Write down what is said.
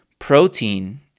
Protein